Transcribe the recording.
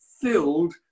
filled